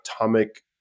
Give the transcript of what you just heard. atomic